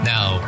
Now